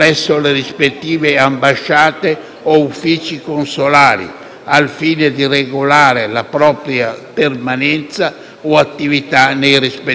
al fine di regolarizzare la propria permanenza o attività nei rispettivi Paesi. Un ulteriore effetto negativo si avrà,